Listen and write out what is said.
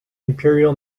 imperial